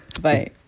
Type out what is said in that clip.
Bye